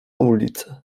ulicę